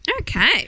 Okay